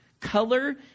color